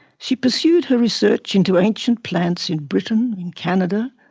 she pursued her research into ancient plants in britain, in canada,